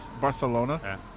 Barcelona